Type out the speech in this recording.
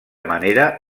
manera